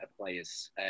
players